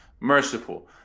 Merciful